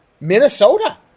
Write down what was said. Minnesota